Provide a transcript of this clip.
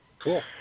Cool